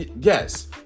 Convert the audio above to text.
Yes